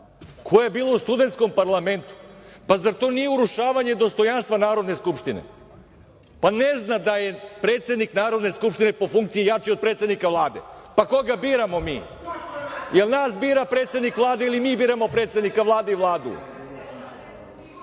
koja je bila u studentskom parlamentu. Pa zar to nije urušavanje dostojanstva Narodne skupštine. Pa ne zna da je predsednik Narodne skupštine po funkciji jači od predsednika Vlade. Pa koga biramo mi? Jel nas bira predsednik Vlade ili mi biramo predsednika Vlade i Vladu? Sad